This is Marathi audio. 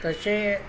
तसे